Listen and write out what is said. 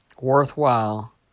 worthwhile